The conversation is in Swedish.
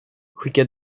skicka